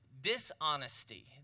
dishonesty